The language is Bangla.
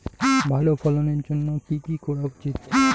ভালো ফলনের জন্য কি কি করা উচিৎ?